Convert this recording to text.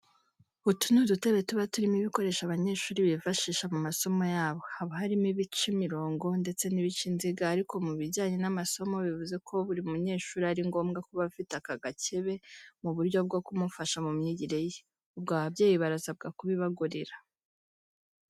Utu ni udukebe tuba turimo ibikoresho abanyeshuri bifashisha mu masomo yabo, haba harimo ibica imirongo ndetse n'ibica inziga ariko mu bijyanye n'amasomo bivuze ko buri munyeshuri ari ngombwa kuba afite aka gakebe mu buryo bwo kumufasha mu myigire ye, ubwo ababyeyi barasabwa kubibagurira.